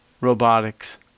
robotics